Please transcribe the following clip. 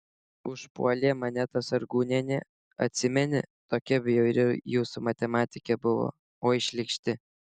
užpuolė mane ta sargūnienė atsimeni tokia bjauri jūsų matematikė buvo oi šlykšti